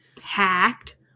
packed